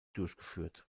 durchgeführt